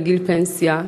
לגיל פנסיה,